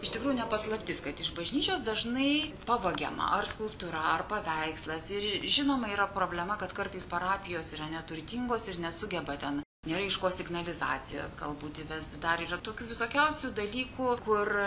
iš tikrųjų ne paslaptis kad iš bažnyčios dažnai pavagiama ar skulptūra ar paveikslas ir žinoma yra problema kad kartais parapijos yra neturtingos ir nesugeba ten nėra iš ko signalizacijos galbūt įvest dar yra tokių visokiausių dalykų kur